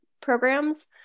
programs